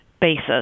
basis